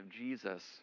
Jesus